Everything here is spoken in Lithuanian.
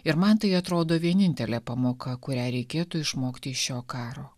ir man tai atrodo vienintelė pamoka kurią reikėtų išmokti šio karo